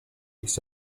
his